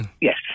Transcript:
Yes